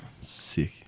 Sick